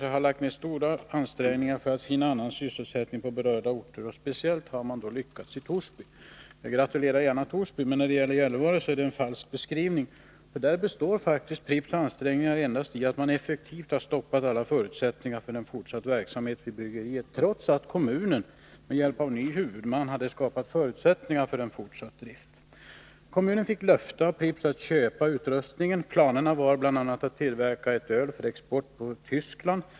Vi har lagt ner betydande ansträngningar för att finna annan sysselsättning på berörda orter och har också lyckats, speciellt i Torsby.” Jag vill gärna gratulera Torsby, men i fallet Gällivare är detta en falsk beskrivning. Där består faktiskt Pripps ”ansträngningar” endast i att man effektivt stoppat alla förutsättningar för fortsatt verksamhet vid bryggeriet, trots att kommunen genom medverkan av ny huvudman skapat förutsättningar för fortsatt drift. Kommunen fick löfte av Pripps att köpa bryggeriutrustningen. Planerna Nr 58 var bl.a. att tillverka ett öl för export till Tyskland.